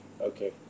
Okay